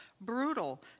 brutal